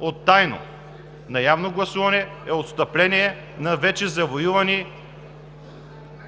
от тайно на явно гласуване, е отстъпление на вече завоювани